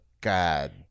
God